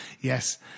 yes